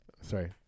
Sorry